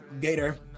Gator